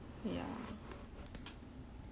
ya